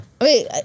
Wait